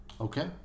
Okay